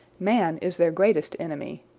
man is their greatest enemy.